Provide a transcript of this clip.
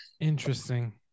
Interesting